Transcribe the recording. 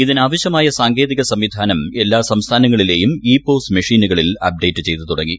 ഇതിനാവശ്യമായ സാങ്കേതിക സംവിധാനം എല്ലാ സംസ്ഥാനങ്ങളിലേയും ഇ പോസ് മെഷീനുകളിൽ അപ്ഡേറ്റ് ചെയ്തു തുടങ്ങി